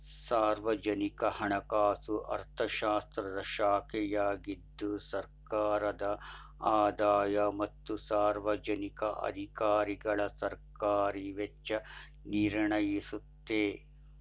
ಸಾರ್ವಜನಿಕ ಹಣಕಾಸು ಅರ್ಥಶಾಸ್ತ್ರದ ಶಾಖೆಯಾಗಿದ್ದು ಸರ್ಕಾರದ ಆದಾಯ ಮತ್ತು ಸಾರ್ವಜನಿಕ ಅಧಿಕಾರಿಗಳಸರ್ಕಾರಿ ವೆಚ್ಚ ನಿರ್ಣಯಿಸುತ್ತೆ